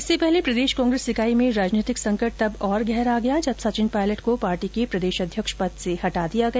इससे पहले प्रदेश कांग्रेस इकाई में राजनीतिक संकट तब और गहरा गया जब सचिन पायलट को पार्टी के प्रदेश अध्यक्ष पद से हटा दिया गया